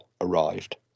arrived